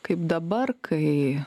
kaip dabar kai